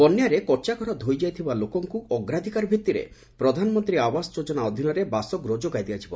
ବନ୍ୟାରେ କଚ୍ଚା ଘର ଧୋଇଯାଇଥିବା ଲୋକଙ୍କୁ ଅଗ୍ରାଧିକାର ଭିତ୍ତିରେ ପ୍ରଧାନମନ୍ତ୍ରୀ ଆବାସ ଯୋଜନା ଅଧୀନରେ ବାସଗୃହ ଯୋଗାଇ ଦିଆଯିବ